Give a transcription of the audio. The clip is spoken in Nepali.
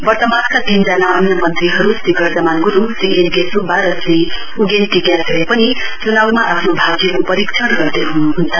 वर्तमानका तीनजना अन्य मन्त्रीहरु श्री गर्जमान गुरुङ श्री एन के सुब्बा र श्री उगेन टी ग्याछोले पनि चुनाउमा आफ्नो भाग्यको परीक्षण गर्दैहुनुहुन्छ